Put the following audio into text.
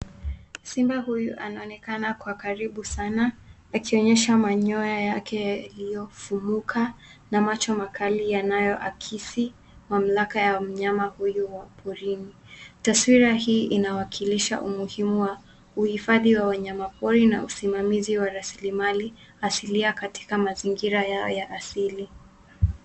Simba huyu anaonekana kwa karibu sana akionyesha manyoya yake yaliyofuruka na macho makali yanayoakisi mamlaka ya mnyama huyu wa porini. Taswira hii inawakilisha umuhimu wa uhifadhi wa wanyamapori na usimamizi wa rasilimali asilia katika mazingira yao ya asili.